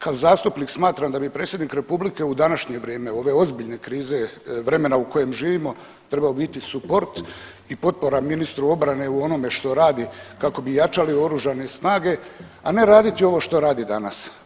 Kao zastupnik smatram da bi predsjednik Republike u današnje vrijeme ove ozbiljne krize vremena u kojem živimo trebao biti suport i potpora ministru obrane u onome što radi kako bi jačali oružane snage, a ne raditi ovo što radi danas.